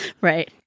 right